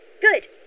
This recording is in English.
Good